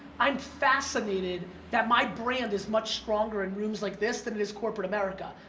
i'm fascinated that my brand is much stronger in rooms like this than it is corporate america.